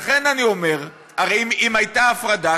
לכן אני אומר: הרי אם הייתה הפרדה,